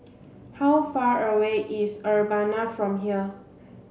how far away is Urbana from here